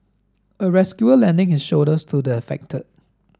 a rescuer lending his shoulder to the affected